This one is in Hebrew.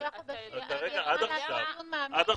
חמישה חודשים --- אז עד עכשיו,